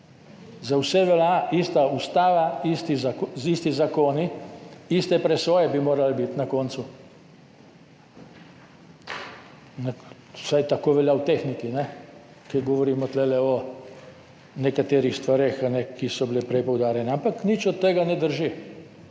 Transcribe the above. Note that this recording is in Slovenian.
Za vse veljajo ista ustava, isti zakoni, iste presoje bi morale biti na koncu. Vsaj tako velja v tehniki. Ker govorimo tule o nekaterih stvareh, ki so bile prej poudarjene. Ampak nič od tega ne drži.